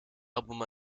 album